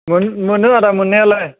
मोन मोनो आदा मोननायालाय